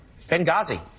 Benghazi